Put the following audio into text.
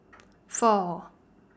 four